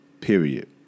Period